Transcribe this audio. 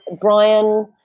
Brian